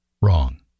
Wrong